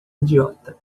idiota